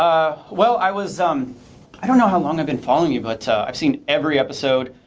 well, i was um i don't know how long i've been following you but i've seen every episode.